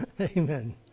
Amen